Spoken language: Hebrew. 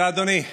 תודה, אדוני.